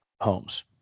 homes